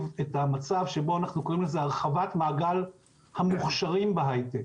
את המצב שבו אנחנו קוראים לזה הרחבת מעגל המוכשרים בהייטק.